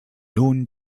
nun